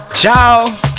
Ciao